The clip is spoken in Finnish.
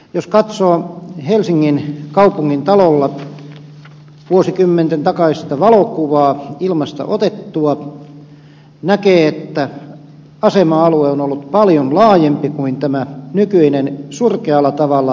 jos katsoo helsingin kaupungintalolla vuosikymmenten takaista ilmasta otettua valokuvaa näkee että asema alue on ollut paljon laajempi kuin tämä nykyinen surkealla tavalla typistetty asema alue